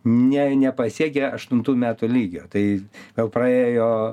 ne nepasiekė aštuntų metų lygio tai gal praėjo